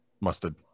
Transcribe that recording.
Mustard